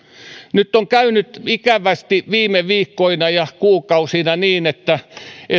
nyt on käynyt ikävästi viime viikkoina ja kuukausina niin että